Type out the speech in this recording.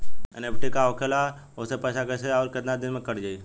NEFT का होखेला और ओसे पैसा कैसे आउर केतना दिन मे जायी?